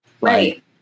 Right